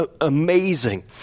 Amazing